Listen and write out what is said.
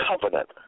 covenant